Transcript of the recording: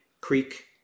Creek